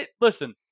Listen